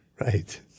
Right